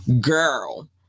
girl